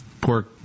Poor